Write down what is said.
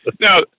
Now